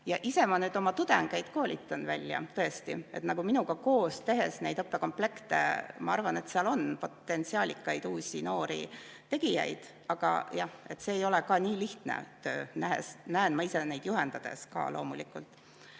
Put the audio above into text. Ja ise ma nüüd oma tudengeid koolitan välja tõesti, nagu minuga koos tehes neid õppekomplekte. Ma arvan, et seal on potentsiaalikaid uusi noori tegijaid, aga see ei ole nii lihtne, näen ma ise neid juhendades ka. Loomulikult